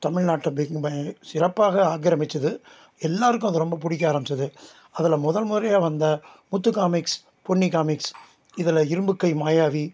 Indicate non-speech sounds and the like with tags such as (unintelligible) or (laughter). தமிழ்நாட்டை (unintelligible) சிறப்பாக ஆக்கிரமித்தது எல்லோருக்கும் அது ரொம்ப பிடிக்க ஆரம்பித்தது அதில் முதல் முறையாக வந்த முத்து காமிக்ஸ் பொன்னி காமிக்ஸ் இதில் இரும்புக் கை மாயாவி